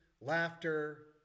laughter